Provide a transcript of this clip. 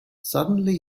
suddenly